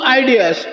ideas